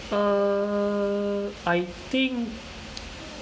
err I think